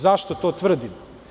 Zašto to tvrdim?